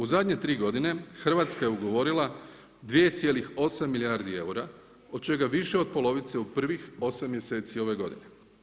U zadnje 3 godine, Hrvatska je ugovorila 2,8 milijardi eura, od čega više od polovice u prvih 8 mjeseci ove godine.